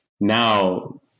now